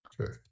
Okay